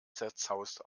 zerzaust